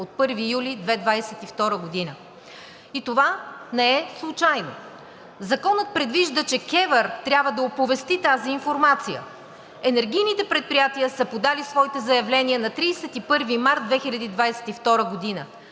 от 1 юли 2022 г. И това не е случайно. Законът предвижда, че КЕВР трябва да оповести тази информация. Енергийните предприятия са подали своите заявления на 31 март 2022 г.